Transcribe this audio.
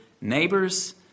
neighbors